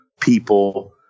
people